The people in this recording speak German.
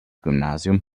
gymnasium